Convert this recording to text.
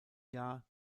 jahr